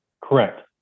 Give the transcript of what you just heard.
Correct